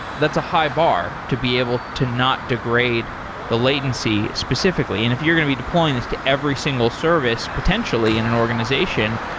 that's a high bar to be able to not degrade the latency specifically. and if you're going to be deploying this to every single service potentially and an organization,